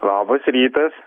labas rytas